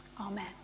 Amen